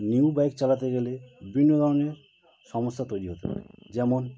new bike চালাতে গেলে বিভিন্ন ধরনের সমস্যা তৈরি হতে পারে যেমন